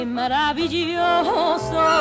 maravilloso